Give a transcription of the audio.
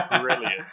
brilliant